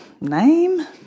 name